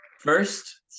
First